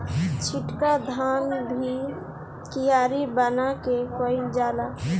छिटका धान भी कियारी बना के कईल जाला